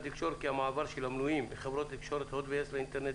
התקשורת כי מעבר המנויים מחברות תקשורת הוט ויס לאינטרנט